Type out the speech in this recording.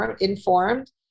informed